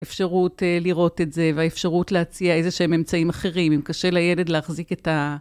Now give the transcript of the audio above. אפשרות לראות את זה והאפשרות להציע איזשהם אמצעים אחרים, אם קשה לילד להחזיק את ה...